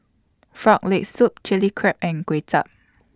Frog Leg Soup Chilli Crab and Kway Chap